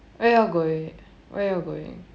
where are you all going where are you all going